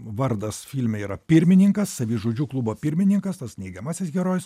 vardas filme yra pirmininkas savižudžių klubo pirmininkas tas neigiamasis herojus